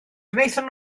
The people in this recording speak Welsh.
gwnaethon